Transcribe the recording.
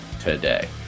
today